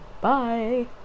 Bye